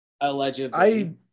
allegedly